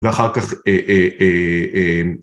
‫ואחר כך... אה...